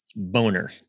Boner